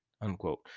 unquote